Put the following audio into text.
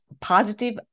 positive